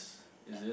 is it